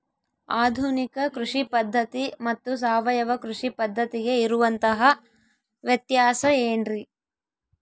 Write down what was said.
ಆಧುನಿಕ ಕೃಷಿ ಪದ್ಧತಿ ಮತ್ತು ಸಾವಯವ ಕೃಷಿ ಪದ್ಧತಿಗೆ ಇರುವಂತಂಹ ವ್ಯತ್ಯಾಸ ಏನ್ರಿ?